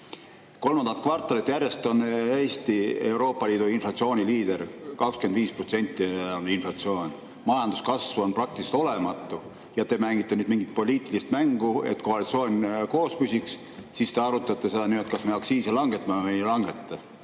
Kolmandat kvartalit järjest on Eesti Euroopa Liidu inflatsiooniliider, 25% on inflatsioon. Majanduskasv on praktiliselt olematu. Aga te mängite nüüd mingit poliitilist mängu, et koalitsioon koos püsiks. Siis te arutate seda, kas me aktsiise langetame või ei langeta.